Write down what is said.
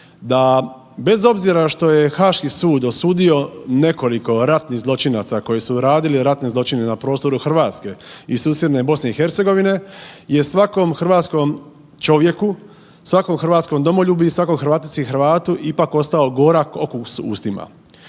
da bez obzira što je Haški sud osudio nekoliko ratnih zločinaca koji su radili ratne zločine na prostoru Hrvatske i susjedne BiH je svakom hrvatskom čovjeku, svakom hrvatskom domoljubu i svakoj Hrvatici i Hrvatu ipak ostao gorak okus u ustima.